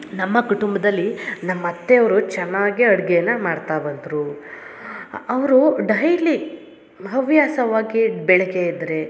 ನಮ್ಮ ಕುಟುಂಬದಲ್ಲಿ ನಮ್ಮ ಅತ್ತೆ ಅವರು ಚೆನ್ನಾಗೆ ಅಡ್ಗೆನ ಮಾಡ್ತಾ ಬಂದರು ಅವರು ಡೈಲಿ ಹವ್ಯಾಸವಾಗಿ ಬೆಳಗ್ಗೆ ಎದ್ದರೆ